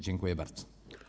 Dziękuję bardzo.